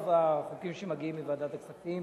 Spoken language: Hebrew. רוב החוקים שמגיעים מוועדת הכספים,